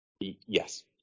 Yes